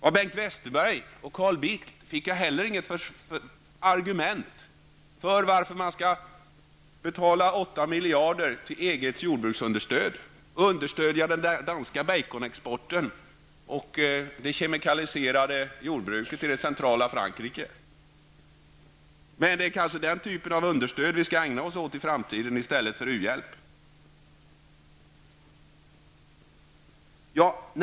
Av Bengt Westerberg och Carl Bildt fick jag heller inget argument för varför man skall betala 8 miljarder till EGs jordbruksunderstöd, varför man skall understödja den danska baconexporten och det kemikaliserade jordbruket i centrala Frankrike. Det är kanske den typen av understöd som vi skall ägna oss åt i framtiden i stället för u-hjälp.